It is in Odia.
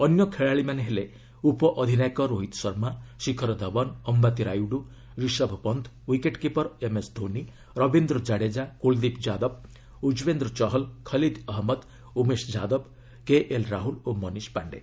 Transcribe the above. ଅନ୍ୟ ଖେଳାଳିମାନେ ହେଲେ ଉପଅଧିନାୟକ ରୋହିତ୍ ଶର୍ମା ଶିଖର ଧୱନ୍ ଅମ୍ଘାତି ରାୟୁଡୁ ରିଷଭ୍ ପଚ୍ଚ wicket keeper MS Dhoni Ravindra Jadeja Kuldeep Yadav Yuzvendra Chahal Khaleel Ahmed Umesh Yadav KL Rahul ଓ ମନୀଶ୍ ପାଣ୍ଡେ